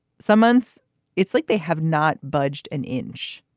some months it's like they have not budged an inch